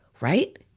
right